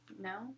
No